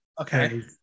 Okay